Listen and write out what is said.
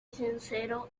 sincero